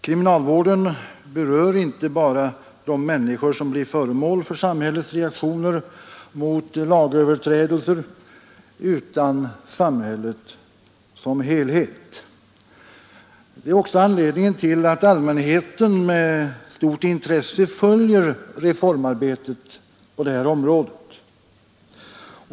Kriminalvården berör inte bara de människor som blir föremål för samhällets reaktion mot lagöverträdelser utan samhället som helhet. Det är också anledningen till att allmänheten med stort intresse följer reformarbetet på området.